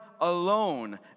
alone